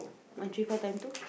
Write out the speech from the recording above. one three five time two